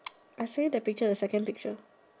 I send you the picture the second picture